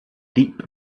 deep